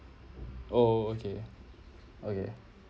oh okay okay